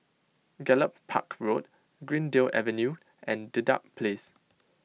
Gallop Park Road Greendale Avenue and Dedap Place